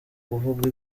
kuvuga